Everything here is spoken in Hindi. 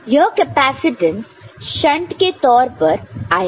यह कैपेसिटेंस शॅन्ट के तौर पर आएगा